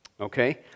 Okay